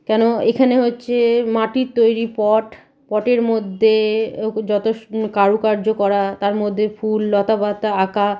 কেন এখানে হচ্ছে মাটির তৈরি পট পটের মধ্যে যত কারুকার্য করা তার মধ্যে ফুল লতাপাতা আঁকা